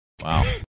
Wow